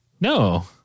No